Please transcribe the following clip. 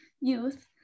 youth